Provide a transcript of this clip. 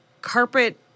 carpet